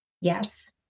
Yes